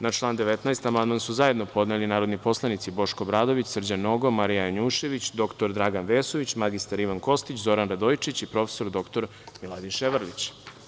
Na član 19 amandman su zajedno podneli narodni poslanici Boško Obradović, Srđan Nogo, Marija Janjušević, dr Dragan Vesović, mr Ivan Kostić, Zoran Radojičić i prof. dr Miladin Ševarlić.